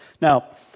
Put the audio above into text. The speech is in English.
Now